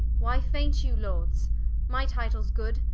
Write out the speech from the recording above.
why faint you lords my title's good,